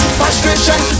frustration